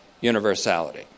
universality